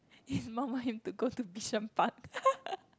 his mum want him to go to Bishan-Park